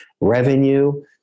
revenue